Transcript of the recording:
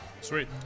Sweet